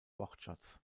wortschatz